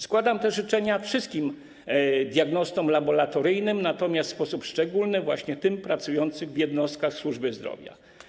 Składam te życzenia wszystkim diagnostom laboratoryjnym, natomiast w sposób szczególny właśnie tym pracującym w jednostkach służby zdrowia.